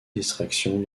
distraction